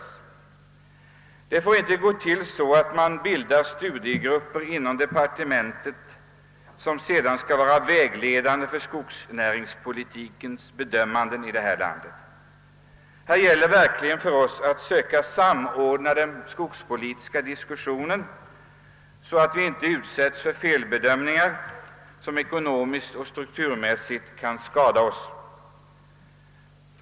Det får inte gå till så, att man bildar studiegrupper inom departementet vilkas arbetsresultat sedan skall vara vägledande för skogsnäringspolitiska bedömanden i detta land. Här gäller det verkligen för oss att söka samordna den skogspolitiska diskussionen så att vi inte gör felbedömningar som ekonomiskt och strukturmässigt kan skada.